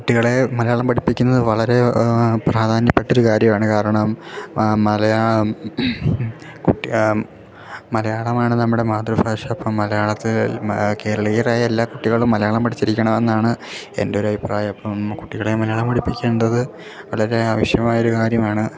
കുട്ടികളെ മലയാളം പഠിപ്പിക്കുന്നത് വളരെ പ്രാധാന്യപ്പെട്ട ഒരു കാര്യവാണ് കാരണം കുട്ടി മലയാളമാണ് നമ്മുടെ മാതൃഭാഷ അപ്പം മലയാളത്തിൽ കേരളീരായ എല്ലാ കുട്ടികളും മലയാളം പഠിച്ചിരിക്കണമെന്നാണ് എൻ്റെ ഒരു അഭിപ്രായം അപ്പം കുട്ടികളെ മലയാളം പഠിപ്പിക്കേണ്ടത് വളരെ ആവശ്യമായൊരു കാര്യമാണ്